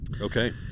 Okay